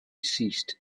ceased